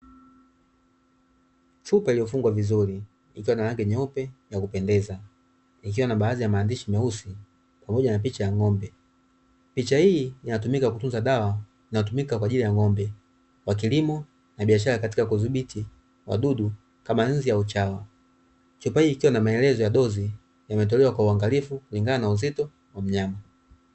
Chupa iliyofungwa vizuri ikiwa na rangi nyeupe ya kupendeza, ikiwa na baadhi ya maandishi meusi pamoja na picha ya ng'ombe. Picha hii inatumika kutunza dawa inayotumika kwa ajili ya ng'ombe wa kilimo na biashara katika kudhibiti wadudu kama nzi au chawa. Chupa hii ikiwa na maelezo ya dozi imetolewa kwa uangalifu kulingana na uzito wa mnyama.